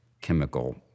chemical